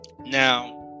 now